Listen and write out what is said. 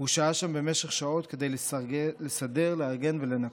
הוא שהה שם במשך שעות כדי לסדר, לארגן ולנקות.